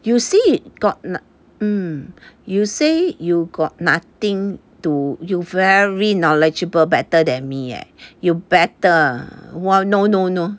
you see got um you say you got nothing to you very knowledgeable better than me eh you better 我 no no no